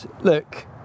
look